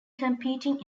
competing